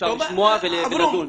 אפשר לשמוע ולדון.